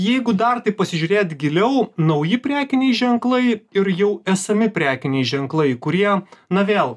jeigu dar taip pasižiūrėt giliau nauji prekiniai ženklai ir jau esami prekiniai ženklai kurie na vėl